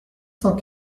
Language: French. cent